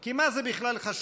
כי מה זה חשוב בכלל?